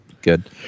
good